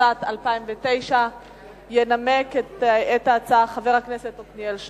התשס"ט 2009. ינמק את ההצעה חבר הכנסת עתניאל שנלר.